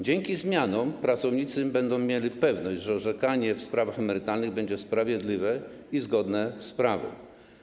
Dzięki zmianom pracownicy będą mieli pewność, że orzekanie w sprawach emerytalnych będzie sprawiedliwe i zgodne z prawem.